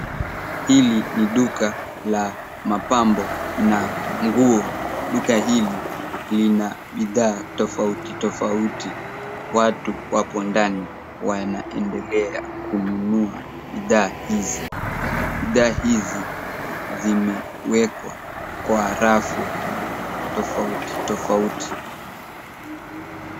Hili ni duka la mapambo na nguo. Duka hili lina bidhaa tofauti tofauti. Watu wapo ndani wanaendelea kununua bidhaa hizi. Bidhaa hizi zimewekwa kwa rafu tofauti tofauti.